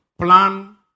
plan